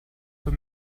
für